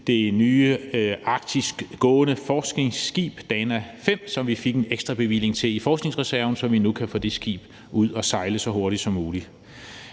det nye arktiskgående forskningsskib Dana V, som vi fik en ekstrabevilling til i forskningsreserven, så vi nu kan få det skib ud at sejle så hurtigt som muligt.